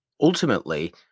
ultimately